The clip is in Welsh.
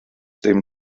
dim